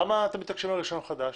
למה אתם מתעקשים על רישיון חדש?